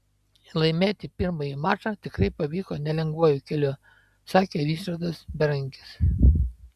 laimėti pirmąjį mačą tikrai pavyko nelengvuoju keliu sakė ričardas berankis